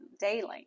daily